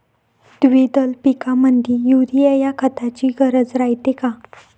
द्विदल पिकामंदी युरीया या खताची गरज रायते का?